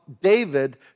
David